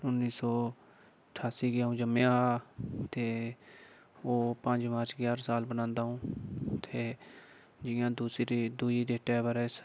उन्नी सौ ठास्सी गी अ'ऊं जम्मेआ हा ते ओह् पंज मार्च गी हर साल मनांदा अ'ऊं ते जियां दूसरी दुई डेटै बारै च